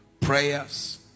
prayers